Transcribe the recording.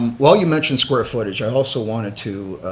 while you mention square footage, i also wanted to